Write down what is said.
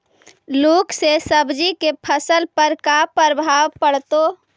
लुक से सब्जी के फसल पर का परभाव पड़तै?